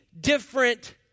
different